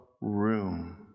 room